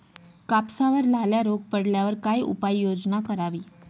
कापसावर लाल्या रोग पडल्यावर काय उपाययोजना करावी?